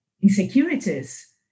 insecurities